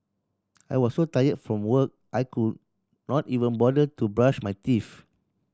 I was so tire from work I could not even bother to brush my teeth